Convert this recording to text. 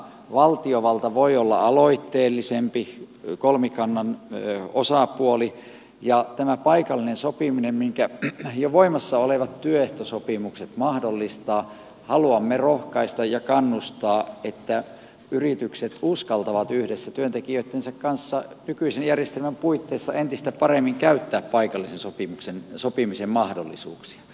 valtiovalta voi olla aloitteellisempi kolmikannan osapuoli ja tätä paikallista sopimista minkä jo voimassa olevat työehtosopimukset mahdollistavat haluamme rohkaista ja kannustaa että yritykset uskaltavat yhdessä työntekijöittensä kanssa nykyisen järjestelmän puitteissa entistä paremmin käyttää paikallisen sopimisen mahdollisuuksia